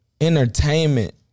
Entertainment